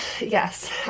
Yes